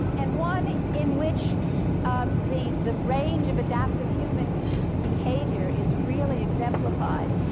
and one in which the the range of adaptive human behavior is really exemplified,